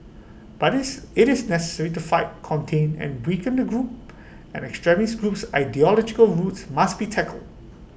but IT is necessary to fight contain and weaken the group and the extremist group's ideological roots must be tackled